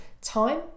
time